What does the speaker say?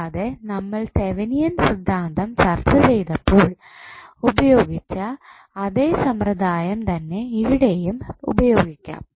കൂടാതെ നമ്മൾ തെവനിയൻ സിദ്ധാന്തം ചർച്ച ചെയ്തപ്പോൾ ഉപയോഗിച്ച അതേ സമ്പ്രദായം തന്നെ ഇവിടെയും ഉപയോഗിക്കാം